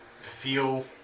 feel